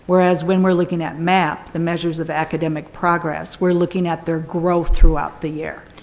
whereas when we're looking at map, the measures of academic progress, we're looking at their growth throughout the year.